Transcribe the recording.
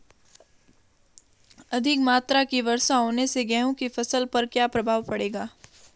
अधिक मात्रा की वर्षा होने से गेहूँ की फसल पर क्या प्रभाव पड़ेगा?